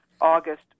August